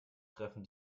treffen